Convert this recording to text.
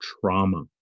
trauma